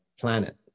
planet